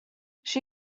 she